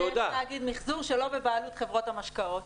איזה מזל שיש תאגיד מיחזור שלא בבעלות חברות המשקאות,